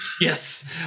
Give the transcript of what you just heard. Yes